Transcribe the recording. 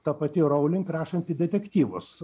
ta pati rowling rašanti detektyvus